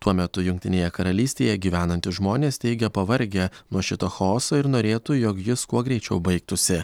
tuo metu jungtinėje karalystėje gyvenantys žmonės teigia pavargę nuo šito chaoso ir norėtų jog jis kuo greičiau baigtųsi